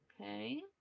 Okay